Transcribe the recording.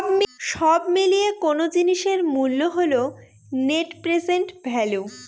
সব মিলিয়ে কোনো জিনিসের মূল্য হল নেট প্রেসেন্ট ভ্যালু